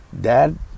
dad